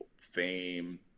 fame